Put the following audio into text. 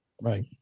Right